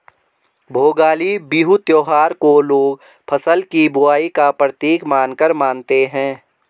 भोगाली बिहू त्योहार को लोग फ़सल की बुबाई का प्रतीक मानकर मानते हैं